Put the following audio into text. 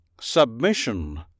Submission